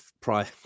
prior